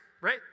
right